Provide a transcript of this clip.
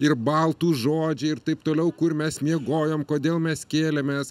ir baltų žodžiai ir taip toliau kur mes miegojom kodėl mes kėlėmės